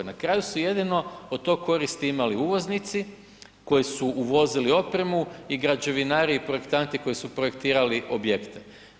Na kraju su jedino od tog koristi imali uvoznici koji su uvozili opremu i građevinari i projektanti koji su projektirali objekte.